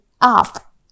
up